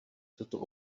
toto